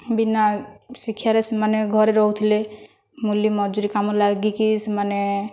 ବିନା ଶିକ୍ଷାରେ ସେମାନେ ଘରେ ରହୁଥିଲେ ମୂଲି ମଜୁରୀ କାମରେ ଲାଗିକି ସେମାନେ